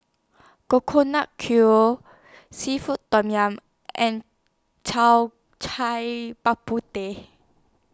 Coconut Kuih Seafood Tom Yum and Cai Bak Teh